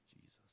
Jesus